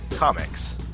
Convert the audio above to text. Comics